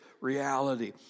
reality